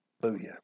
Hallelujah